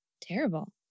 Terrible